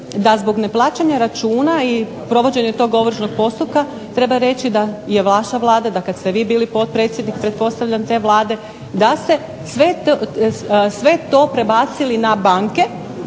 da zbog neplaćanja računa i provođenja tog ovršnog postupka treba reći da je vaša Vlada, da kad ste vi bili potpredsjednik pretpostavljam te vlade, da ste sve to prebacili na banke,